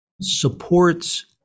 supports